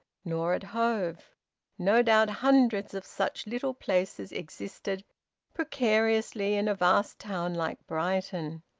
nor at hove no doubt hundreds of such little places existed precariously in a vast town like brighton.